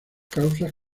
causas